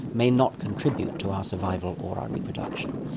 may not contribute to our survival or our reproduction,